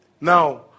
Now